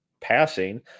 passing